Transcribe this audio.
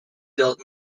built